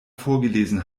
vorgelesen